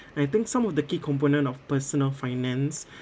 I think some of the key component of personal finance